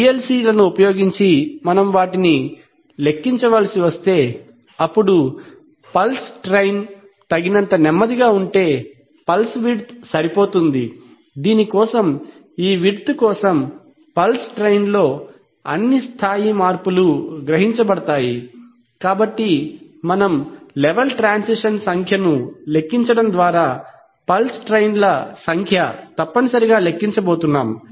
పిఎల్సిని ఉపయోగించి మనం వాటిని లెక్కించవలసి వస్తే అప్పుడు పల్స్ ట్రైన్స్ తగినంత నెమ్మదిగా ఉంటే పల్స్ విడ్త్ సరిపోతుంది దీని కోసం ఈ విడ్త్ కోసం పల్స్ ట్రైన్లో అన్ని స్థాయి మార్పులు గ్రహించబడతాయి కాబట్టి మనం లెవెల్ ట్రాన్సిషన్ సంఖ్యను లెక్కించడం ద్వారా పల్స్ ల సంఖ్య తప్పనిసరిగా లెక్కించబోతున్నాం